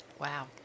Wow